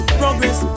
progress